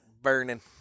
burning